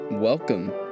Welcome